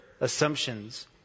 assumptions